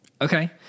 Okay